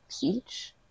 peach